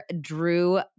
Drew